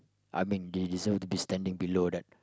I mean they deserve to be standing below that